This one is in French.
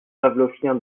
pavloviens